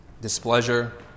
Displeasure